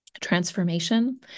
transformation